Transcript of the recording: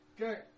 Okay